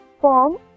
form